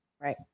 right